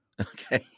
Okay